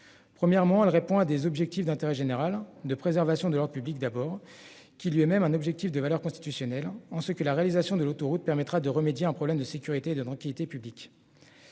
Premièrement, elle répond à des objectifs d'intérêt général de préservation de la République d'abord qui lui même un objectif de valeur constitutionnelle. On sait que la réalisation de l'autoroute permettra de remédier à un problème de sécurité et de tranquillité publique.